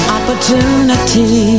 Opportunity